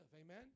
Amen